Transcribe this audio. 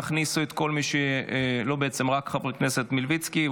תכניסו את כל מי, לא, בעצם רק חבר הכנסת מלביצקי.